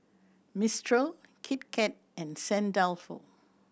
Mistral Kit Kat and Saint Dalfour